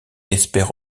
espère